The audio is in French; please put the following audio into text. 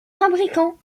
fabricant